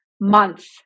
Month